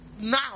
now